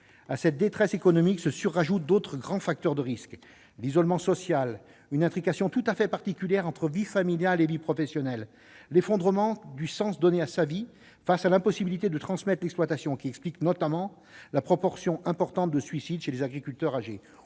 À cette détresse économique s'ajoutent d'autres grands facteurs de risques : l'isolement social, une intrication tout à fait particulière entre vie familiale et vie professionnelle, l'effondrement du sens donné à sa vie face à l'impossibilité de transmettre l'exploitation, ce qui explique notamment la proportion importante de suicides chez les agriculteurs âgés,